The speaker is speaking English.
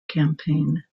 campaign